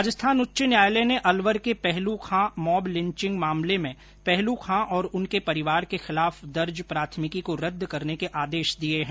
राजस्थान उच्च न्यायालय ने अलवर के पहलू खां मॉब लिंचिंग मामले में पहलू खां और उनके परिवार के खिलाफ दर्ज प्राथमिकी को रद्द करने के आदेश दिए है